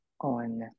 on